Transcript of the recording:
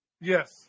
yes